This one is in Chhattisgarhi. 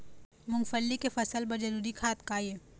मूंगफली के फसल बर जरूरी खाद का ये?